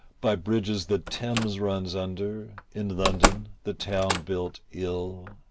by bridges that thames runs under, in london, the town built ill,